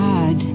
God